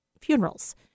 funerals